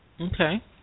Okay